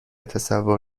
تصور